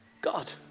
God